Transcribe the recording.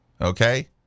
Okay